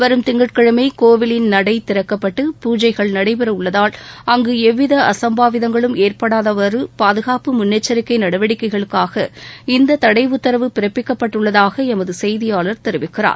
வரும் திங்கட் கிழமை கோவிலின் நடை திறக்கப்பட்டு பூஜைகள் நடைபெற உள்ளதால் அங்கு எவ்வித அசம்பாவிதங்களும் ஏற்படாதவாறு பாதுகாப்பு முன்னெச்சரிக்கை நடவடிக்கைகளுக்காக இந்த தடை உத்தரவு பிறப்பிக்கப்பட்டுள்ளதாக எமது செய்தியாளர் தெரிவிக்கிறார்